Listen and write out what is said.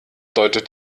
deutet